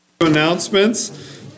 Announcements